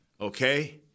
Okay